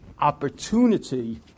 opportunity